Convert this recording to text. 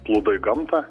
plūdo į gamtą